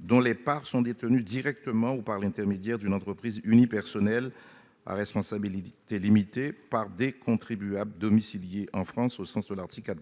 dont les parts sont détenues directement, ou par l'intermédiaire d'une entreprise unipersonnelle à responsabilité limitée, par des contribuables domiciliés en France au sens de l'article 4